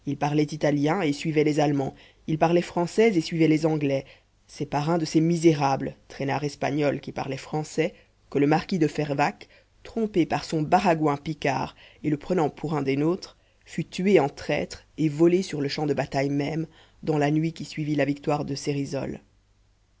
parlaient italien et suivaient les allemands ils parlaient français et suivaient les anglais c'est par un de ces misérables traînard espagnol qui parlait français que le marquis de fervacques trompé par son baragouin picard et le prenant pour un des nôtres fut tué en traître et volé sur le champ de bataille même dans la nuit qui suivit la victoire de